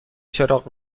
چراغ